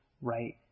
right